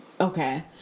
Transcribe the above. Okay